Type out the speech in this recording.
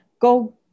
go